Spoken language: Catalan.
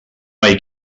mai